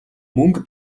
мөнгө